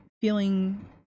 feeling